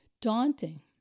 daunting